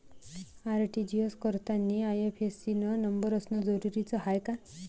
RTGS करतांनी IFSC न number असनं जरुरीच हाय का?